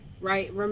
right